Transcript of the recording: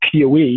PoE